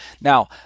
Now